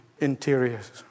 interiors